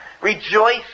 rejoice